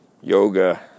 yoga